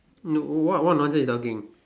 no what what nonsense you talking